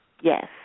Yes